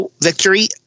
victory